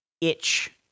itch